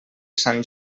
sant